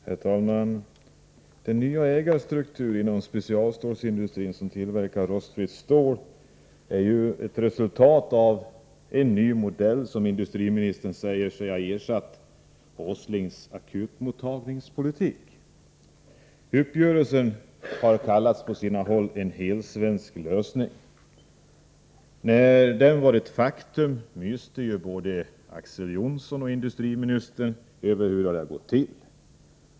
Herr talman! Den nya ägarstrukturen inom den specialstålsindustri som tillverkar rostfritt stål är ett resultat av en ny modell, som industriministern säger har ersatt Åslings akutmottagningspolitik. Uppgörelsen har på sina håll kallats en helsvensk lösning. När den var ett faktum myste både Axel Johnson och industriministern över hur det hade gått till.